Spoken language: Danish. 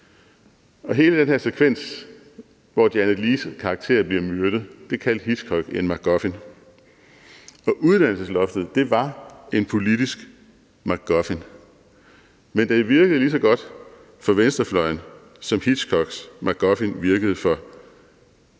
Hele den her sekvens, hvor Janet Leigh's karakter bliver myrdet, kaldte Hitchcock en MacGuffin. Uddannelsesloftet var en politisk MacGuffin, men det virkede lige så godt for venstrefløjen som Hitchcock's MacGuffin virkede for